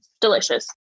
delicious